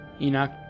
Enoch